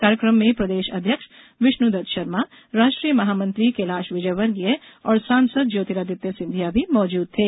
कार्यक्रम में प्रदेश अध्यक्ष विष्णुदत्त शर्मा राष्ट्रीय महामंत्री कैलाश विजयवर्गीय और सांसद ज्योतिरादित्य सिंधिया भी मौजूद थे